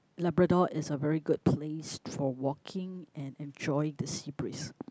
Labrador is a very good place for walking and enjoying the sea breeze